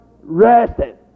rested